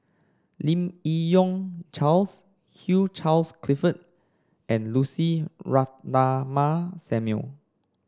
Lim Yi Yong Charles Hugh Charles Clifford and Lucy Ratnammah Samuel